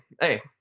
hey